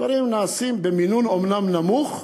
הדברים נעשים אומנם במינון נמוך,